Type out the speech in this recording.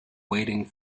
waiting